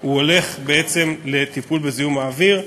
הוא הולך בעצם לטיפול בזיהום האוויר.